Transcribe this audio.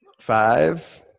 Five